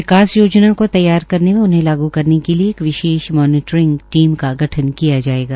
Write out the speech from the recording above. विकास योजनाओं को तैयार करने व उन्हें लागू करने के लिए एक विशेष मॉनिटरिंग टीम का गठन किया जाएगा